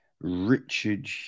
Richard